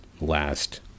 last